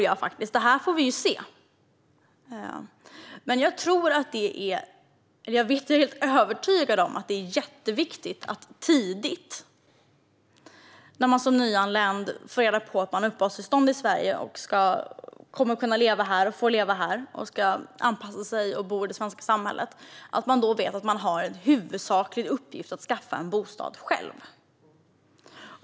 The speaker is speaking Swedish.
Jag är övertygad om - vi får se - att det är mycket viktigt att man som nyanländ tidigt i samband med att man får reda på att man har fått uppehållstillstånd i Sverige, får leva här, anpassa sig och bo i det svenska samhället, får veta att man har en huvudsaklig uppgift att skaffa sig en bostad själv.